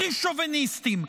הכי שוביניסטיים,